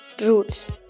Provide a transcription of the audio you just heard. roots